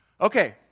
Okay